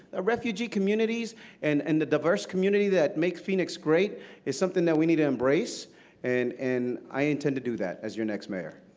ah refugees communities and and the diverse community that makes phoenix great is something that we need um and and i intend to do that as your next mayor.